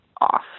off